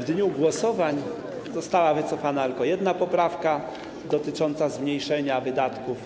W dniu głosowań została wycofana jedna poprawka, która dotyczyła zmniejszenia wydatków